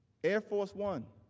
air force one.